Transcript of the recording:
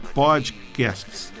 podcasts